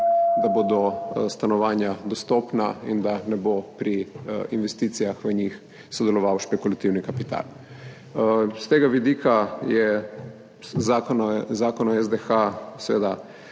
da bodo stanovanja dostopna in da ne bo pri investicijah v njih sodeloval špekulativni kapital. S tega vidika je Zakon o SDH seveda